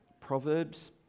Proverbs